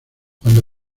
cuando